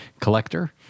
collector